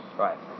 right